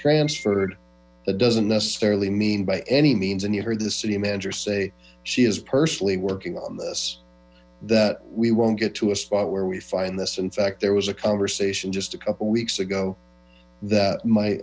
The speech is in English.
transferred that doesn't necessarily mean by any means and you heard the city manager say she is personally working on this that we won't get to a spot where we find this in fact there was a conversation just a couple of weeks ago that might